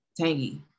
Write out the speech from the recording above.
tangy